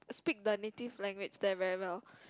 speak the native language there very well